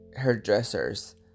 hairdressers